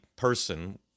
person